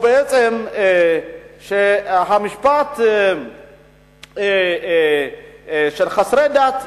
המשפט של חסרי דת,